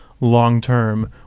long-term